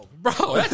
Bro